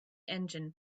engine